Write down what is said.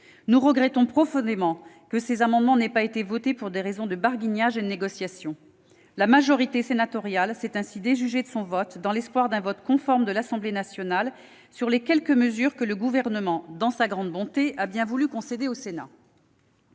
Nous regrettons profondément que ces amendements n'aient pas été adoptés pour des raisons de barguignage et de négociation. La majorité sénatoriale s'est ainsi déjugée de son vote, dans l'espoir d'un vote conforme de l'Assemblée nationale sur les quelques mesures que le Gouvernement, dans sa grande bonté, a bien voulu concéder au Sénat.